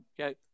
Okay